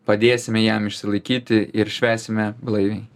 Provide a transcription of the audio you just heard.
padėsime jam išsilaikyti ir švęsime blaiviai